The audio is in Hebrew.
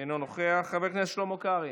אינו נוכח, חבר הכנסת שלמה קרעי,